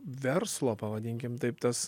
verslo pavadinkim taip tas